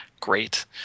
great